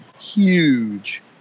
Huge